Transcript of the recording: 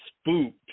spooked